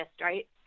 right